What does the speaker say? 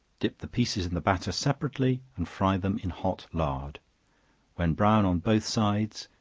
dip the pieces in the batter separately, and fry them in hot lard when brown on both sides,